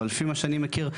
אבל לפי מה שאני מכיר,